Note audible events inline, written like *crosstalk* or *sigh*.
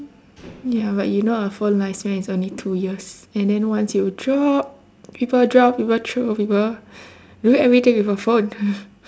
ya but you know a phone lifespan is only two years and then once you drop people drop people throw people you do everything with a phone *laughs*